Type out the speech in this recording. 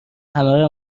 همه